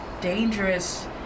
dangerous